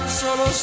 solo